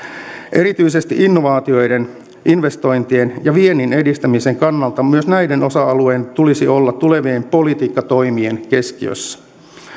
erityisesti innovaatioiden investointien ja viennin edistämisen kannalta myös näiden osa alueiden tulisi olla tulevien politiikkatoimien keskiössä